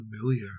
familiar